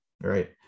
Right